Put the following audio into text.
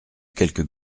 quelques